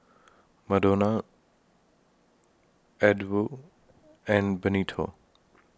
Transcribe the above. Modena Edw and Benito